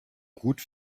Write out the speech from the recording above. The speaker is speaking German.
gut